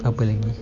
apa lagi